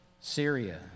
Syria